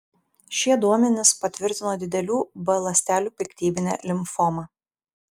šie duomenys patvirtino didelių b ląstelių piktybinę limfomą